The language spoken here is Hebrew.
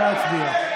נא להצביע.